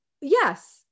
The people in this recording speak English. yes